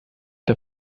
der